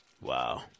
Wow